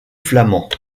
flamand